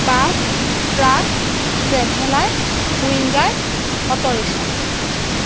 bus truck traveller winger autorickshaw